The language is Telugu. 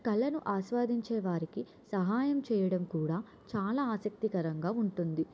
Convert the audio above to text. కళను ఆస్వాదించే వారికి సహాయం చేయడం కూడా చాలా ఆసక్తికరంగా ఉంటుంది